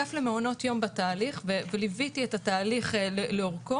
שהאגף למעונות יום בתהליך וליוויתי את התהליך לאורכו